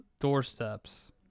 doorsteps